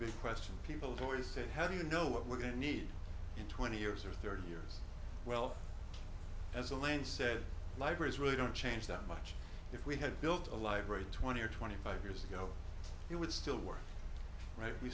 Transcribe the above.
big question people towards it how do you know what we're going to need in twenty years or thirty years well as the land said libraries really don't change that much if we had built a library twenty or twenty five years ago we would still work right we